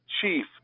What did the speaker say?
Chief